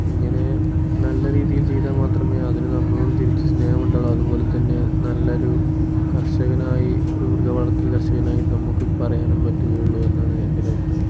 ഇങ്ങനെ നല്ല രീതിയിൽ ചെയ്താൽ മാത്രമേ അതിന് നമ്മളോടും തിരിച്ചു സ്നേഹമുണ്ടാവുകയുള്ളു അതുപോലെ തന്നെ നല്ല ഒരു കർഷകനായി ഒരു മൃഗ വളർത്തൽ കർഷകനായി നമുക്ക് പറയാനും പറ്റുകയുള്ളൂ എന്നാണ് എൻ്റെ ഒരു അഭിപ്രായം